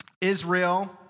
Israel